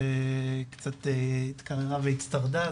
שקצת התקררה והצטרדה,